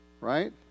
Right